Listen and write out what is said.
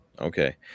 Okay